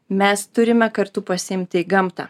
mes turime kartu pasiimti gamtą